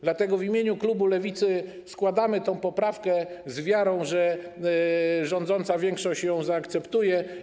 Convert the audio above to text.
Dlatego w imieniu klubu Lewicy składamy tę poprawkę z wiarą, że rządząca większość ją zaakceptuje.